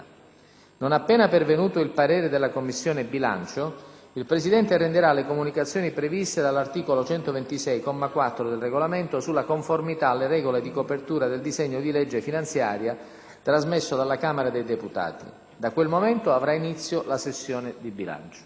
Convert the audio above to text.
Non appena pervenuto il parere della Commissione bilancio, il Presidente renderà le comunicazioni previste dall'articolo 126, comma 4, del Regolamento, sulla conformità alle regole di copertura del disegno di legge finanziaria, trasmesso dalla Camera dei deputati. Da quel momento avrà inizio la sessione di bilancio.